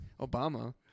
Obama